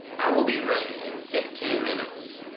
i will be ready in fifteen minutes.